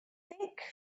think